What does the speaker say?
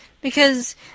because